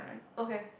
okay